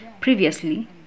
Previously